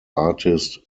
artist